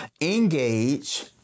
engage